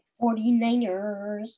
49ers